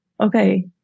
okay